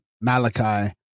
Malachi